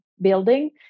building